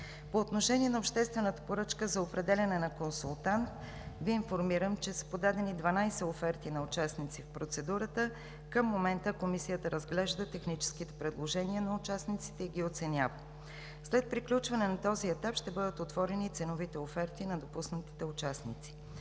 По отношение на обществената поръчка за определяне на консултант Ви информирам, че са подадени 12 оферти на участници в процедурата. Към момента Комисията разглежда техническите предложения на участниците и ги оценява. След приключване на този етап ще бъдат отворени ценовите оферти на допуснатите участници.